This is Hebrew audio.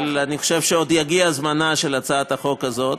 אבל אני חושב שעוד יגיע זמנה של הצעת החוק הזאת.